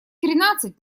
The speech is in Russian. тринадцать